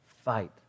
Fight